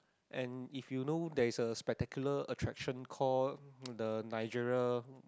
and if you know there's a spectacular attraction called the niagara